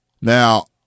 Now